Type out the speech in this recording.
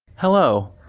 hello.